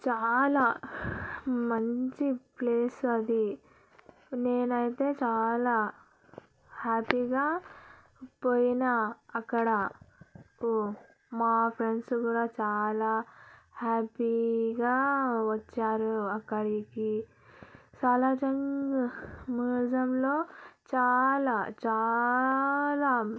చాలా మంచి ప్లేస్ అది నేనైతే చాలా హ్యాపీగా పోయిన అక్కడకు మా ఫ్రెండ్స్ కూడా చాలా హ్యాపీగా వచ్చారు అక్కడికి సాలార్జంగ్ మ్యూజియంలో చాలా చాలా